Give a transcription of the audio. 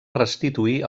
restituir